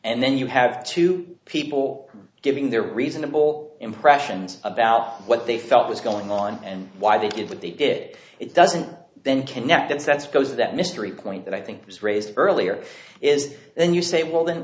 and then you have two people giving their reasonable impressions about what they felt was going on and why they did what they did it doesn't then connect that sense goes that mystery point that i think was raised earlier is when you say well then